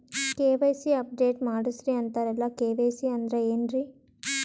KYC update ಮಾಡಸ್ರೀ ಅಂತರಲ್ಲ KYC ಅಂದ್ರ ಏನ್ರೀ?